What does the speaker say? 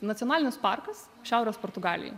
nacionalinis parkas šiaurės portugalijoj